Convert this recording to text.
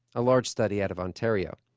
a large study out of ontario.